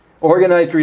organized